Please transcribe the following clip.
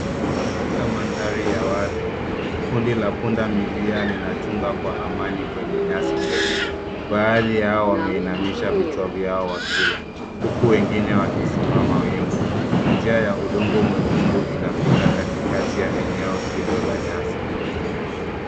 Katika mandhari ya wazi kundi la pundamilia linachunga kwa amini kwenye nyasi ndefu. Baadhi yao wameinamisha vichwa vyao wakila huku wengine wakisimama wima. Njia ya udongo mwekundu inapita katikati ya eneo hilo la nyasi.